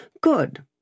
Good